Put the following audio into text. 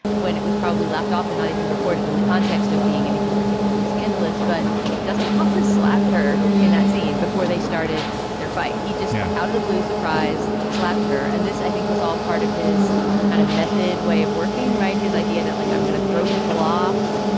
when it was probably left often not even reported in the context of being anything particularly scandalous. but dustin hoffman slapped her in that scene before they started their fight. he just got yeah out of the blue, surprise slapped her. and this, i think, was all part of his kind of method way of working. right. his idea that, like, i'm gonna throw people off.